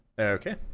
okay